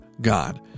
God